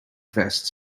vests